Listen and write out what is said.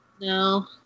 No